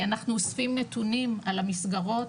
אנחנו אוספים נתונים על המסגרות,